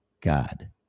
God